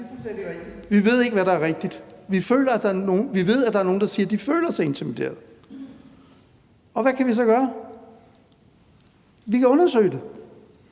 Vi ved ikke, hvad der er rigtigt. Vi ved, at der er nogle, der siger, at de føler sig intimideret. Og hvad kan vi så gøre? Vi kan undersøge det,